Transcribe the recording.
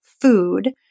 food